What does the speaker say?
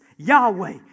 Yahweh